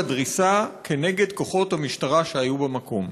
דריסה כנגד כוחות המשטרה שהיו במקום".